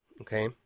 Okay